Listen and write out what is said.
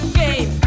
game